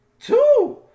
Two